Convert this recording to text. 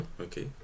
okay